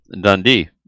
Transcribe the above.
Dundee